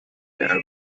derby